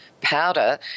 powder